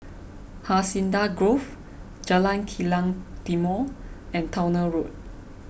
Hacienda Grove Jalan Kilang Timor and Towner Road